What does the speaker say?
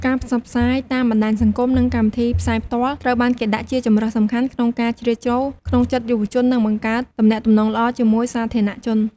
ការផ្សព្វផ្សាយតាមបណ្តាញសង្គម និងកម្មវិធីផ្សាយផ្ទាល់ ត្រូវបានគេដាក់ជាជម្រើសសំខាន់ក្នុងការជ្រៀតចូលក្នុងចិត្តយុវជន និងបង្កើតទំនាក់ទំនងល្អជាមួយសាធារណជន។